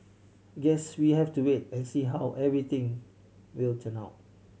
guess we'll have to wait and see how everything will turn out